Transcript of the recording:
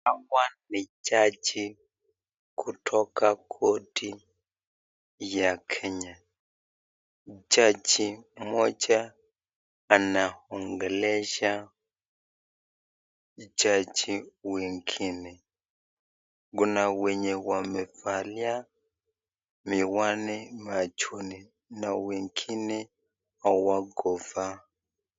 Hapa ni jaji kutoka koti ya Kenya. Jaji moja anaongelesha jaji wengine. Kuna wenye wamevalia miwani machoni na wengine hawakuvaa.